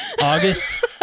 August